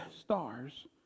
stars